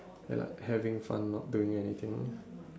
and having fun not doing anything